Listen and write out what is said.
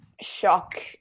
shock